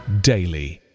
daily